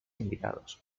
invitados